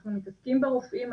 אנחנו מתעסקים ברופאים,